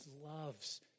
loves